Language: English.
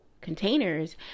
containers